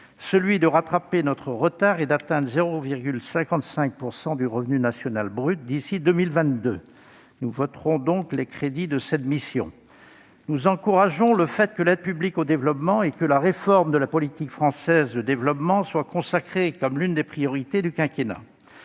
celui de rattraper notre retard et d'atteindre 0,55 % du revenu national brut d'ici à 2022. Nous voterons donc les crédits de cette mission. Nous encourageons le fait que l'aide publique au développement et la réforme de la politique française de développement soient consacrées comme l'une des priorités du quinquennat.